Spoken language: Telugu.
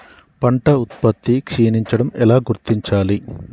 పంట ఉత్పత్తి క్షీణించడం ఎలా గుర్తించాలి?